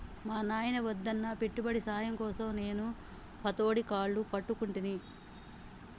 మా నాయిన వద్దన్నా పెట్టుబడి సాయం కోసం నేను పతోడి కాళ్లు పట్టుకుంటిని